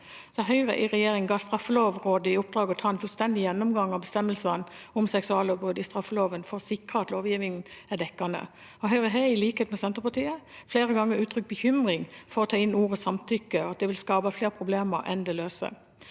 Høyre i regjering ga Straffelovrådet i oppdrag å gjøre en fullstendig gjennomgang av bestemmelsene om seksuallovbrudd i straffeloven, for å sikre at lovgivningen er dekkende. Høyre har, i likhet med Senterpartiet, flere ganger uttrykt bekymring for at å ta inn ordet samtykke vil skape flere problemer enn det løser.